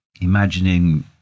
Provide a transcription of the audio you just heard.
imagining